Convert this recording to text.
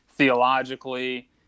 theologically